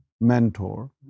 mentor